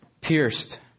pierced